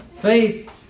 faith